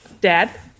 Dad